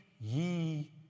ye